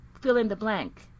fill-in-the-blank